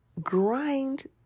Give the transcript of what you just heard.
grind